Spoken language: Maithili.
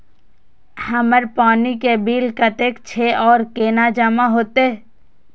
हमर पानी के बिल कतेक छे और केना जमा होते?